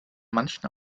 manchen